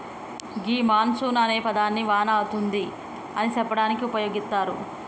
గీ monsoon అనే పదాన్ని వాన అతుంది అని సెప్పడానికి ఉపయోగిత్తారు